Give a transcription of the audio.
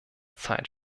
zeit